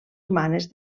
humanes